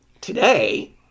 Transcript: today